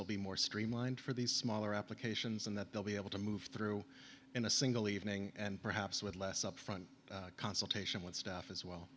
will be more streamlined for these smaller applications and that they'll be able to move through in a single evening and perhaps with less upfront consultation with staff as well